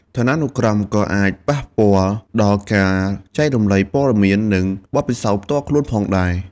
ឋានានុក្រមក៏អាចប៉ះពាល់ដល់ការចែករំលែកព័ត៌មាន និងបទពិសោធន៍ផ្ទាល់ខ្លួនផងដែរ។